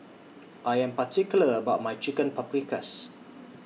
I Am particular about My Chicken Paprikas